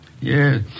Yes